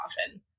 often